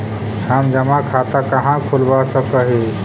हम जमा खाता कहाँ खुलवा सक ही?